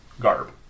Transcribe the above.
Garb